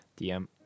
dm